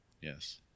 Yes